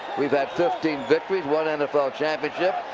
we've had fifteen victories. one nfl championship.